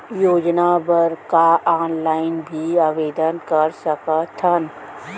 योजना बर का ऑनलाइन भी आवेदन कर सकथन?